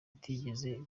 bitigeze